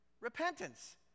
Repentance